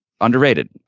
underrated